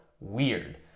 weird